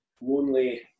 lonely